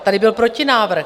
Tady byl protinávrh.